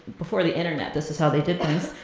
before the internet, this is how they did things.